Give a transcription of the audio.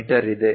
me ಇದೆ